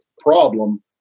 problem